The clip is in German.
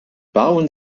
bauen